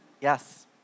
yes